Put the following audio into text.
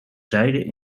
zijden